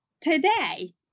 today